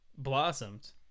Blossomed